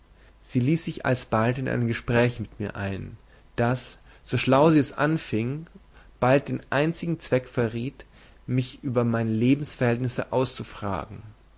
sie ließ sich alsbald in ein gespräch mit mir ein das so schlau sie es anfing bald den einzigen zweck verriet mich über meine lebensverhältnisse auszufragen